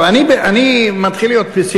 בזמן האחרון אני מתחיל להיות פסימי,